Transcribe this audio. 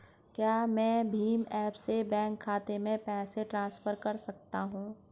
क्या मैं भीम ऐप से बैंक खाते में पैसे ट्रांसफर कर सकता हूँ?